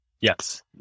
yes